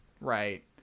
right